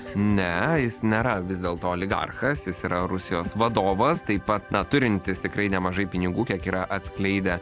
ne jis nėra vis dėlto oligarchas jis yra rusijos vadovas taip pat na turintis tikrai nemažai pinigų kiek yra atskleidę